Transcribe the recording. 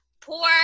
poor